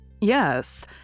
Yes